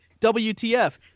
WTF